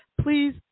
Please